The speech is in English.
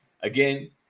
again